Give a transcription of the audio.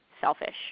selfish